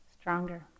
stronger